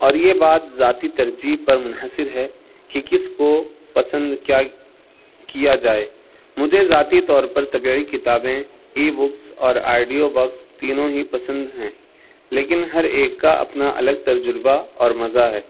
اور یہ بات ذاتی ترجیح پر منحصر ہے کہ کس کو پسند کیا کیا جائے مجھے ذاتی طور پر طبعی کتابیں ای بکس اور آئڈیو بکس تینوں ہی پسند ہیں لیکن ہر ایک کا اپنا الگ تجربہ اور مزہ ہے